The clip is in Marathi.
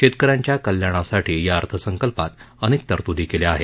शेतक यांच्या कल्याणासाठी या अर्थसंकल्पात अनेक तरतुदी केल्या आहेत